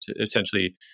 essentially